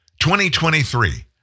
2023